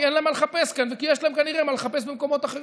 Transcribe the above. כי אין להם מה לחפש כאן וכי יש להם כנראה מה לחפש במקומות אחרים.